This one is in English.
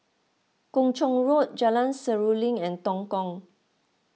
Kung Chong Road Jalan Seruling and Tongkang